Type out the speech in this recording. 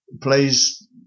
plays